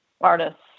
artists